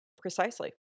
Precisely